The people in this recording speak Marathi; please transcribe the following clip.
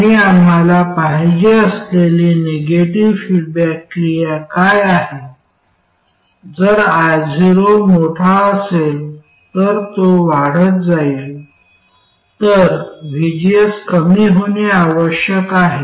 आणि आम्हाला पाहिजे असलेली निगेटिव्ह फीडबॅक क्रिया काय आहे जर io मोठा असेल तर तो वाढत जाईल तर vgs कमी होणे आवश्यक आहे